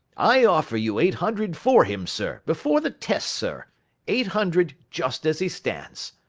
i offer you eight hundred for him, sir, before the test, sir eight hundred just as he stands.